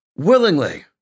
Willingly